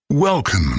Welcome